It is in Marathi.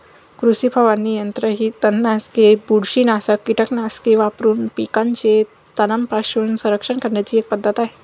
कृषी फवारणी यंत्र ही तणनाशके, बुरशीनाशक कीटकनाशके वापरून पिकांचे तणांपासून संरक्षण करण्याची एक पद्धत आहे